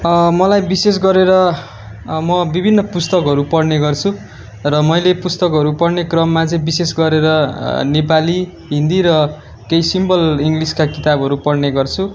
मलाई विशेष गरेर म विभिन्न पुस्तकहरू पढ्ने गर्छु र मैले पुस्तकहरू पढ्ने क्रममा चाहिँ विशेष गरेर नेपाली हिन्दी र केही सिम्पल इङ्ग्लिसका किताबहरू पढ्ने गर्छु